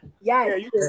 Yes